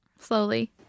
slowly